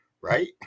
right